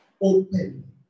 open